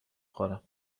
خورم